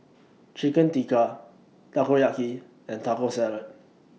Chicken Tikka Takoyaki and Taco Salad